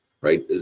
right